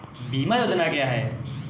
बीमा योजना क्या है?